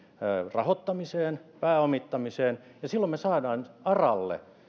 rahoittamiseen pääomittamiseen ja silloin me saamme aralle